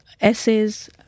essays